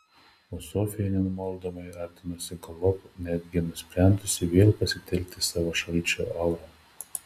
o sofija nenumaldomai artinosi galop netgi nusprendusi vėl pasitelkti savo šalčio aurą